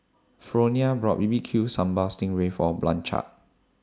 Fronia bought B B Q Sambal Sting Ray For Blanchard